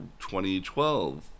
2012